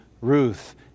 Ruth